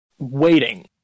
waiting